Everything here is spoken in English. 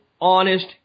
honest